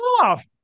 off